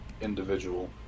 individual